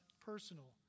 personal